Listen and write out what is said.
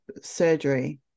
surgery